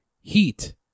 Heat